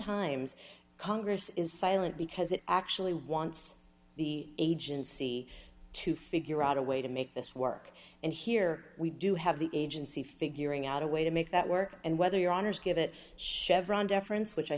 times congress is silent because it actually wants the agency to figure out a way to make this work and here we do have the agency figuring out a way to make that work and whether your honour's give it chevron deference which i